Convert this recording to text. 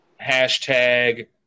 Hashtag